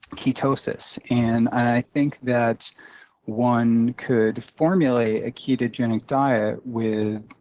ketosis. and i think that one could formulate a ketogenic diet with